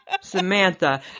Samantha